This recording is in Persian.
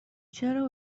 چرا